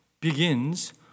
begins